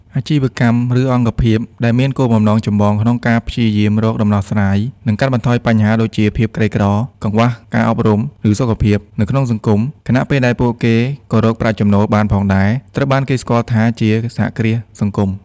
អាជីវកម្ម ឬអង្គភាពដែលមានគោលបំណងចម្បងក្នុងការព្យាយាមរកដំណោះស្រាយ និងកាត់បន្ថយបញ្ហាដូចជា ភាពក្រីក្រ កង្វះការអប់រំ ឬសុខភាព នៅក្នុងសង្គម ខណៈពេលដែលពួកគេក៏រកប្រាក់ចំណូលបានផងដែរ ត្រូវបានគេស្គាល់ថាជា សហគ្រាសសង្គម។